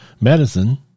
medicine